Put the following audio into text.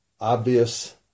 obvious